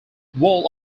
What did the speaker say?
wall